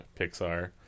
Pixar